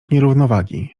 nierównowagi